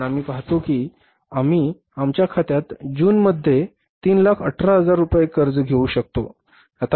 म्हणून आम्ही पाहतो की आम्ही आमच्या खात्यात जून मध्ये ताबडतोब 318000 रुपये कर्ज घेऊ शकतो